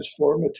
transformative